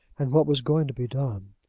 and what was going to be done.